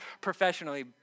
professionally